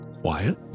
quiet